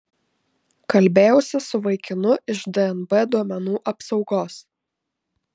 kalbėjausi su vaikinu iš dnb duomenų apsaugos